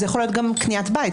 זה יכול להיות גם קניית בית,